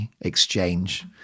exchange